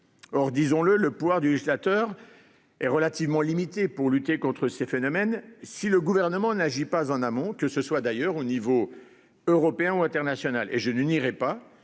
Or, disons le, le poids du législateur est relativement limitée pour lutter contre ces phénomènes. Si le gouvernement n'agit pas en amont, que ce soit d'ailleurs au niveau européen ou international et je n'irai pas